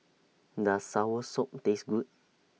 Does Soursop Taste Good